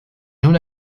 una